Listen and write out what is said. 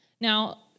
Now